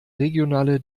regionale